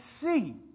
see